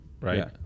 Right